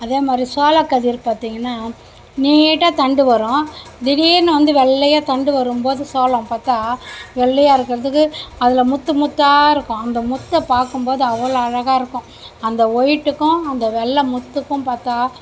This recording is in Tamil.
அதே மாதிரி சோளக்கதிர் பார்த்திங்கனா நீட்டாக தண்டு வரும் திடீரெனு வந்து வெள்ளையாக தண்டு வரும்போது சோளம் பார்த்தா வெள்ளையாக இருக்கிறதுக்கு அதில் முத்து முத்தாக இருக்கும் அந்த முத்தை பார்க்கும்போது அவ்வளோ அழகாக இருக்கும் அந்த ஒயிட்டுக்கும் அந்த வெள்ளை முத்துக்கும் பார்த்தா